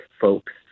folks